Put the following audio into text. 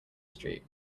street